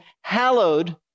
hallowed